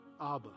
Abba